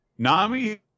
Nami